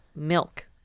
milk